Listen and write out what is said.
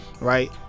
Right